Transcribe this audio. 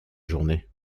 journée